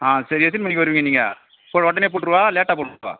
ஆ சரி எத்தனை மணிக்கு வருவீங்க நீங்கள் இப்போ உடனே போட்டுறவா லேட்டாக போட்டுறவா